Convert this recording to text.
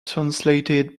translated